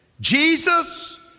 Jesus